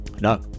No